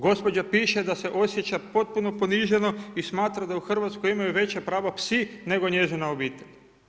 Gospođa piše da se osjeća potpuno poniženo i smatra da u Hrvatskoj imaju veća prava psi nego njezina obitelj.